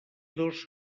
dos